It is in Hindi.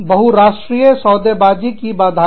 बहुराष्ट्रीय सौदेबाजी सौदेकारी की बाधाएं